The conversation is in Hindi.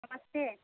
नमस्ते